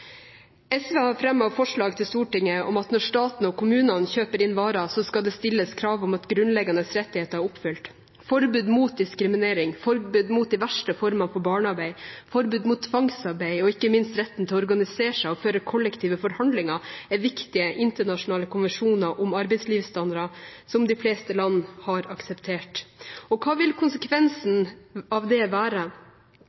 SV har fremmet forslag til Stortinget om at når staten og kommunene kjøper inn varer, skal det stilles krav om at grunnleggende rettigheter er oppfylt. Forbud mot diskriminering, forbud mot de verste formene for barnearbeid, forbud mot tvangsarbeid, og ikke minst retten til å organisere seg og føre kollektive forhandlinger, er viktige internasjonale konvensjoner om arbeidslivsstandarder som de fleste land har akseptert. Hva vil konsekvensen